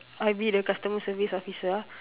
I be the customer service officer ah